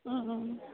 ഉം ഉം